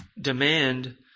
demand